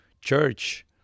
church